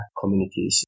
communication